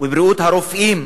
ולבריאות הרופאים,